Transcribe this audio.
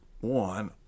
one